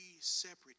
separate